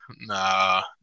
nah